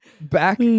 Back